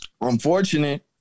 unfortunate